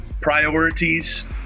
priorities